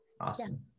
awesome